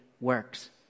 works